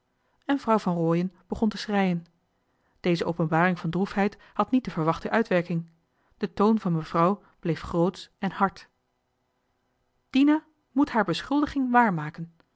en vrouw van rooien begon te schreien deze openbaring van droefheid had niet de verwachte uitwerking de toon van mevrouwbleef grootsch en hard dina moet haar beschuldiging waarmaken